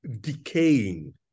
decaying